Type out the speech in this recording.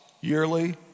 yearly